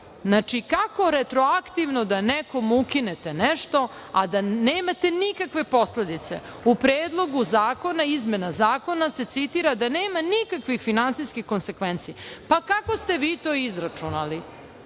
dali. Znači, kako retroaktivno da nekom ukinete nešto, a da nemate nikakve posledice? U predlogu zakona i izmena zakona se citira da nema nikakvih finansijskih konsekvenci, pa kako ste vi to izračunali?